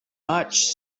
notch